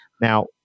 Now